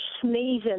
sneezing